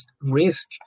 risk